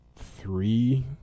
three